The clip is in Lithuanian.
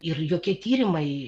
ir jokie tyrimai